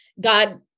God